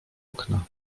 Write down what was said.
okna